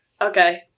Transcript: Okay